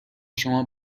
شما